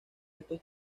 estos